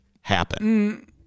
happen